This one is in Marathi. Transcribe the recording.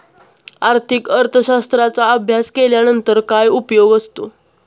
आर्थिक अर्थशास्त्राचा अभ्यास केल्यानंतर काय उपयोग असतो?